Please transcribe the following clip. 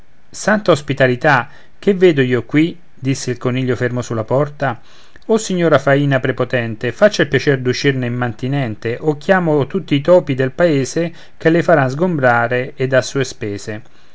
santa ospitalità che vedo io qui disse il coniglio fermo sulla porta o signora faina prepotente faccia il piacer d'uscirne immantinente o chiamo tutti i topi del paese che la faran sgombrar ed a sue spese